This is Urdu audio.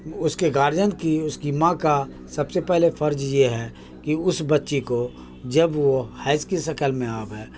اس کے گارجین کی اس کی ماں کا سب سے پہلے فرض یہ ہے کہ اس بچی کو جب وہ حیض کی شکل میں آوے